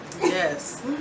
Yes